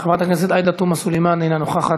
חברת הכנסת עאידה תומא סלימאן, אינה נוכחת.